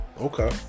Okay